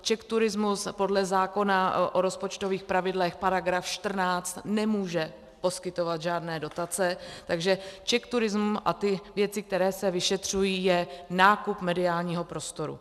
CzechTourism podle zákona o rozpočtových pravidlech § 14 nemůže poskytovat žádné dotace, takže CzechTourism a ty věci, které se vyšetřují, je nákup mediálního prostoru.